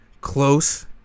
close